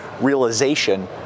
realization